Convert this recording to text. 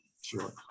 Sure